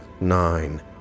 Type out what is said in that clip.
nine